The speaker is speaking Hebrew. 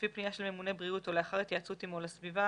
לפי פנייה של ממונה בריאות או לאחר התייעצות עמו לסביבה